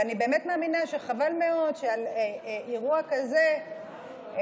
ואני באמת מאמינה שחבל מאוד שעל אירוע כזה הצעת